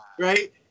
right